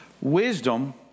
Wisdom